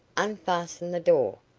unfasten the door.